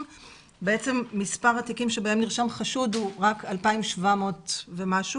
בעצם מספר התיקים שבהם נרשם חשוד הוא רק 2,700 ומשהו,